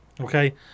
Okay